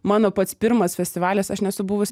mano pats pirmas festivalis aš nesu buvus